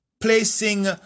placing